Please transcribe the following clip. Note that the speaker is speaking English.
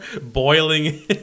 boiling